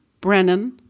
brennan